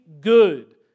good